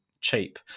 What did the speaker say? cheap